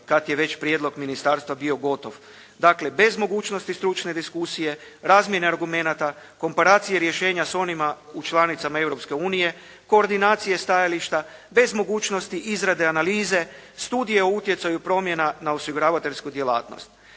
kada je već prijedlog ministarstva bio gotov. Dakle, bez mogućnosti stručne diskusije, razmjene argumenata, komparacije rješenja s onima u članica Europske unije, koordinacije stajališta, bez mogućnosti izrade analize, studije o utjecaju promjena na osiguravateljsku djelatnost.